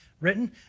written